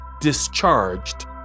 discharged